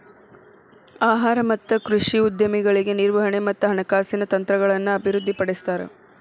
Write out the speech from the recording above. ಆಹಾರ ಮತ್ತ ಕೃಷಿ ಉದ್ಯಮಗಳಿಗೆ ನಿರ್ವಹಣೆ ಮತ್ತ ಹಣಕಾಸಿನ ತಂತ್ರಗಳನ್ನ ಅಭಿವೃದ್ಧಿಪಡಿಸ್ತಾರ